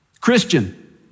Christian